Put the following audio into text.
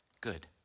good